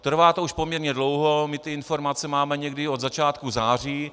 Trvá to už poměrně dlouho, my ty informace máme někdy od začátku září.